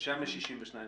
שם יש 62 נפטרים.